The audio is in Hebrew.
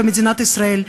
במדינת ישראל,